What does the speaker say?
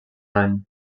any